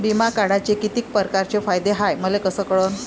बिमा काढाचे कितीक परकारचे फायदे हाय मले कस कळन?